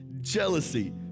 jealousy